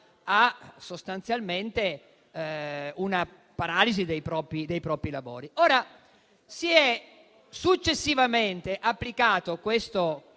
sostanzialmente, a una paralisi dei propri lavori. Si è successivamente applicata questa